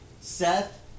Seth